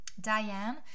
Diane